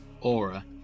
Aura